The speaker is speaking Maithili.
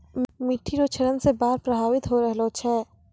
मिट्टी रो क्षरण से बाढ़ प्रभावित होय रहलो छै